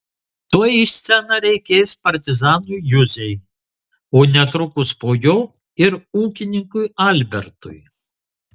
tuoj į sceną reikės partizanui juzei o netrukus po jo ir ūkininkui albertui